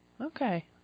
okay